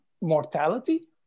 mortality